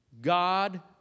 God